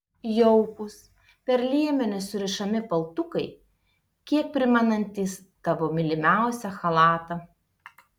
jaukūs per liemenį surišami paltukai kiek primenantys tavo mylimiausią chalatą